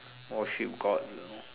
or she got